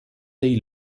dei